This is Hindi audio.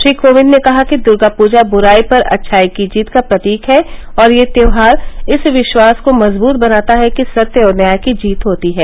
श्री कोविंद ने कहा कि दुर्गा पूजा बुराई पर अच्छाई की जीत का प्रतीक है और यह त्यौहार इस विश्वास को मजबूत बनाता है कि सत्य और न्याय की जीत होती है